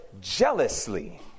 jealously